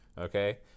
Okay